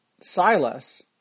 Silas